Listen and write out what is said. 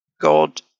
God